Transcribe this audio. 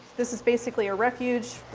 this is basically a refuge,